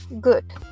good